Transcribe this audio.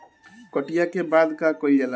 कटिया के बाद का कइल जाला?